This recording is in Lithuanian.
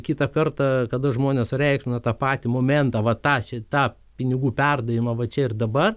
kitą kartą kada žmonės sureikšmina tą patį momentą vat tą šitą pinigų perdavimą va čia ir dabar